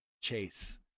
chase